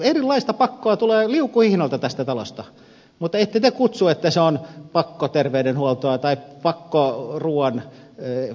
erilaista pakkoa tulee liukuhihnalta tästä talosta mutta ette te kutsu että se on pakkoterveydenhuoltoa tai pakkoruokaturvallisuuden edistämistä